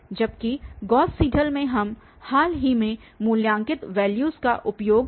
जबकि Gauss Seidel में हम हाल ही में मूल्यांकित वैल्यूस का भी उपयोग करेंगे